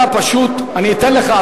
אני אתן לך,